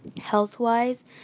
health-wise